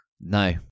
no